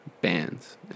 bands